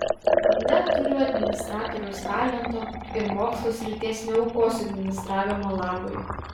neturiu administratoriaus talento ir mokslo srities neaukosiu administravimo labui